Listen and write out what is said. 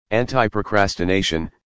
Anti-procrastination